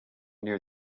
near